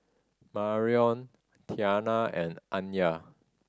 Marion Tiana and Anya